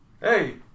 Hey